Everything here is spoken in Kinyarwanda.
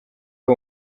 ari